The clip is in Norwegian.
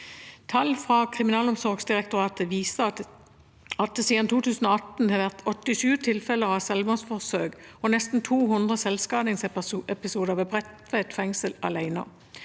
Tall fra Kriminalomsorgsdirektoratet viser at det siden 2018 har vært 87 tilfeller av selvmordsforsøk og nesten 200 selvskadingsepisoder ved Bredtveit fengsel alene.